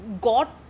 got